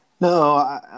No